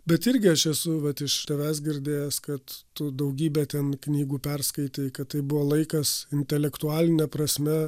bet irgi aš esu vat iš tavęs girdėjęs kad tu daugybę ten knygų perskaitei kad tai buvo laikas intelektualine prasme